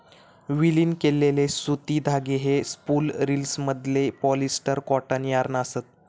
विलीन केलेले सुती धागे हे स्पूल रिल्समधले पॉलिस्टर कॉटन यार्न असत